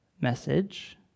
message